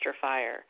fire